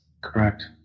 Correct